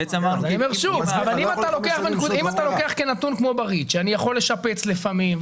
אני אומר שוב שאם אתה לוקח כנתון כמו ב-ריט שאני יכול לפעמים לשפץ,